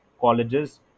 colleges